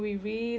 ya